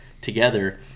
together